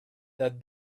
that